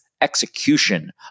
execution